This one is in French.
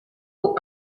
aux